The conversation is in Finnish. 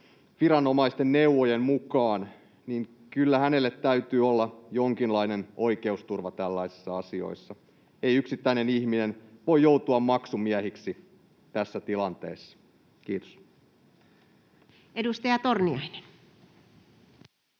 viranomaisten neuvojen mukaan, niin kyllä hänellä täytyy olla jonkinlainen oikeusturva tällaisissa asioissa. Ei yksittäinen ihminen voi joutua maksumieheksi tässä tilanteessa. — Kiitos. Edustaja Torniainen.